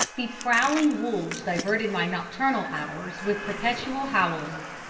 the prowling wolves diverted my nocturnal hours with perpetual howlings,